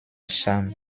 cham